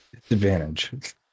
Disadvantage